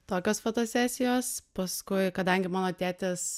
tokios fotosesijos paskui kadangi mano tėtis